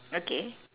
okay